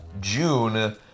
June